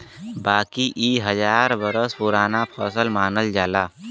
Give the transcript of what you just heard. बाकी इ हजार बरस पुराना फसल मानल जाला